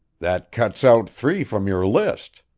that cuts out three from your list.